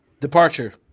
Departure